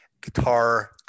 guitar